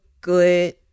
good